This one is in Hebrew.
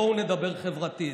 בואו נדבר חברתית.